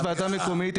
יש ועדה מקומית,